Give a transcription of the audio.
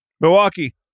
Milwaukee